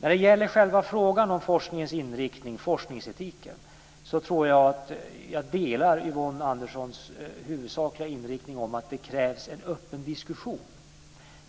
När det gäller själva frågan om forskningens inriktning och forskningsetiken delar jag Yvonne Anderssons huvudsakliga inriktning, att det krävs en öppen diskussion.